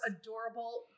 adorable